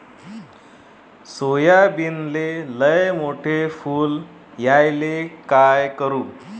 सोयाबीनले लयमोठे फुल यायले काय करू?